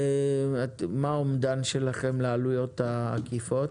ומה האומדן שלכם לעלויות העקיפות?